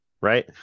right